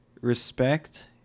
Respect